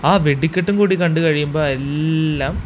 ആ വെടിക്കെട്ടും കൂടി കണ്ടുകഴിയുമ്പോള് എല്ലാം